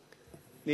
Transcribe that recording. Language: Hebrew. הצעתי,